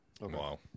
Wow